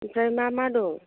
ओमफ्राय मा मा दं